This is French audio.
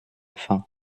fin